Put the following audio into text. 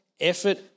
effort